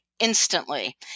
instantly